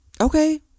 Okay